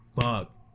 Fuck